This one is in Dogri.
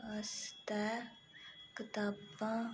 आस्तै कताबां